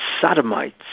Sodomites